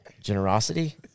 generosity